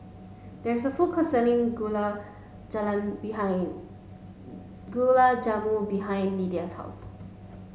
there is a food court selling Gulab Jalan behing Gulab Jamun behind Lyda's house